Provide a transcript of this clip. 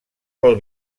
pel